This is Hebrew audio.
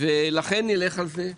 לכן נלך על זה.